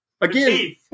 again